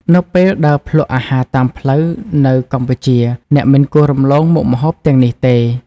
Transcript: នៅពេលដើរភ្លក្សអាហារតាមផ្លូវនៅកម្ពុជា អ្នកមិនគួររំលងមុខម្ហូបទាំងនេះទេ ។